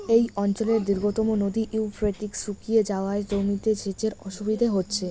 এই অঞ্চলের দীর্ঘতম নদী ইউফ্রেটিস শুকিয়ে যাওয়ায় জমিতে সেচের অসুবিধে হচ্ছে